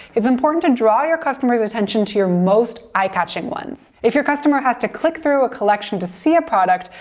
it's important to draw your customer's attention to your most eye-catching ones. if your customer has to click through a collection to see a product,